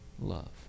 love